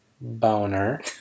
boner